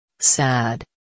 Sad